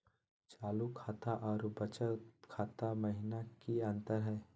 चालू खाता अरू बचत खाता महिना की अंतर हई?